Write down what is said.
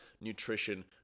nutrition